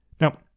Now